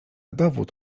dowód